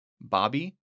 Bobby